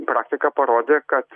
praktika parodė kad